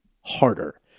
harder